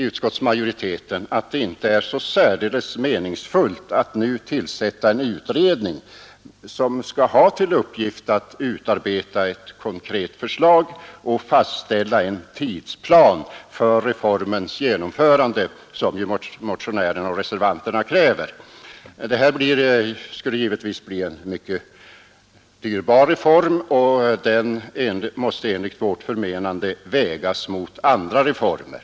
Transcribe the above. Utskottsmajoriteten tycker därför inte att det är meningsfullt att nu tillsätta en utredning med uppgift att utarbeta ett konkret förslag och fastställa en tidsplan för reformens genomförande, som motionären och reservanterna kräver. Detta skulle givetvis bli en mycket dyrbar reform, och den måste eniigt vårt förmenande vägas mot andra reformer.